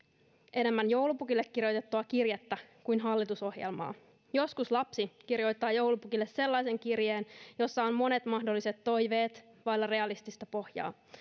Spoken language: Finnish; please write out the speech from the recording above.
enemmän joulupukille kirjoitettua kirjettä kuin hallitusohjelmaa joskus lapsi kirjoittaa joulupukille sellaisen kirjeen jossa on monet mahdolliset toiveet vailla realistista pohjaa